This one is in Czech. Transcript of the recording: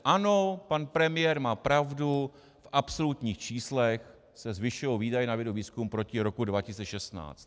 Ano, pan premiér má pravdu, v absolutních číslech se zvyšují výdaje na vědu a výzkum proti roku 2016.